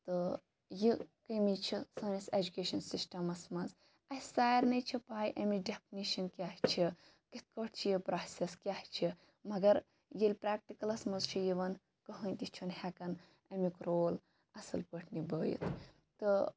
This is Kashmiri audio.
تہٕ یہِ کمٕے چھِ سٲنِس ایٚجُکیشَن سَسٹَمَس مَنٛز اَسہِ سارنٕے چھِ پاے ایٚمِچ ڈیٚپھنِشَن کیاہ چھِ کِتھ پٲٹھۍ چھ یہِ پروسٮ۪س کیاہ چھِ مَگَر ییٚلہِ پریٚکٹِکَلَس مَنٛز چھِ یِوان کٕہٕنۍ تہِ چھُنہٕ ہیٚکان امیُک رول اصل پٲٹھۍ نِبٲیِتھ تہٕ